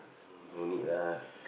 no need lah